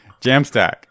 Jamstack